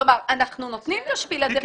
כלומר, אנחנו נותנים את השפיל הזה.